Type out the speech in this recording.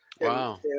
Wow